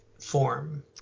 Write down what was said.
form